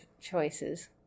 choices